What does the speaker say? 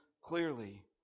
clearly